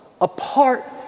apart